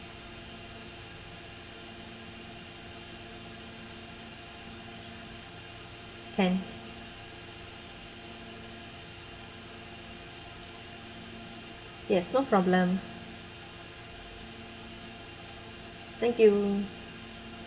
can yes no problem thank you